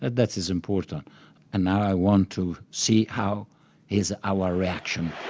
that is important and now i want to see how is our reaction?